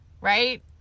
right